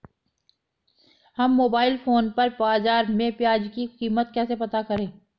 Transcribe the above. हम mobile phone पर बाज़ार में प्याज़ की कीमत कैसे पता करें?